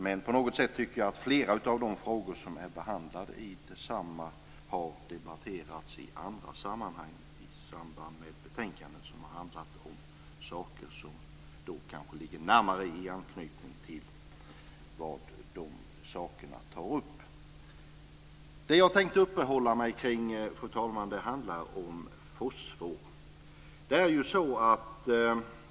Men på något sätt tycker jag att flera av de frågor som är behandlade i detsamma har debatterats i samband med betänkanden som har handlat om sådant som har närmare anknytning till de sakerna. Det jag tänkte uppehålla mig kring, fru talman, är fosfor.